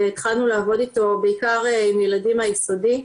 שהתחלנו לעבוד איתו בעיקר עם ילדים מהיסודי.